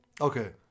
Okay